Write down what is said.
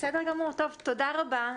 בסדר גמור, תודה רבה.